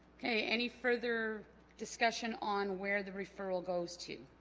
okay any further discussion on where the referral goes to